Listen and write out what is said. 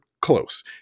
close